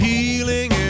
Healing